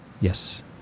yes